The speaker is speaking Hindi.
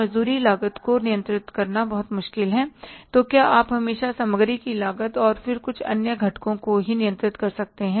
मजदूरी लागत को नियंत्रित करना बहुत मुश्किल है तो क्या आप हमेशा सामग्री की लागत और फिर कुछ अन्य घटकों को ही नियंत्रित कर सकते हैं